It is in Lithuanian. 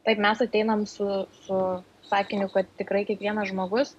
taip mes ateinam su su sakiniu kad tikrai kiekvienas žmogus